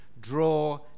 draw